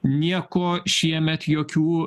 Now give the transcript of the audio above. nieko šiemet jokių